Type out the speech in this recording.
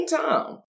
time